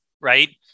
right